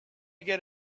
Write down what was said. get